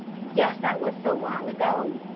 yes, that was so long ago,